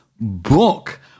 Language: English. book